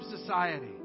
society